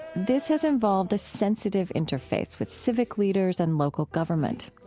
this has involved a sensitive interface with civic leaders and local government.